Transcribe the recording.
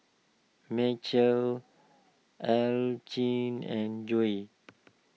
Macel Archie and Joe